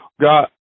got